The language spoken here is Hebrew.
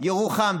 ירוחם,